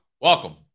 Welcome